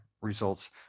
results